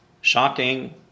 shocking